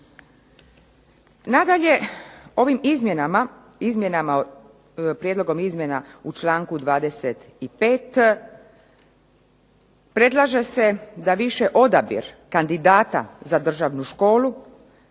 Nadalje, ovim izmjenama, prijedlogom izmjena u čl. 25. predlaže se da više odabir kandidata za Državnu školu,